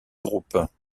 groupes